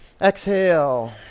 Exhale